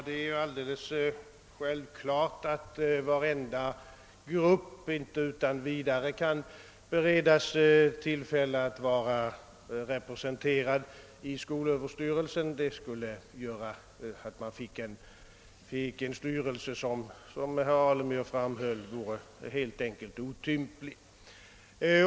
Herr talman! Det är självklart, att varenda grupp inte utan vidare kan beredas tillfälle att vara representerad i skolöverstyrelsen. Det skulle medföra att man fick en styrelse, vilken, som herr Alemyr framhöll, vore helt enkelt otymplig.